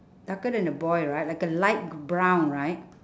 darker than the boy right like a light brown right